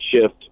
shift